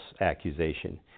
accusation